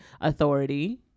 authority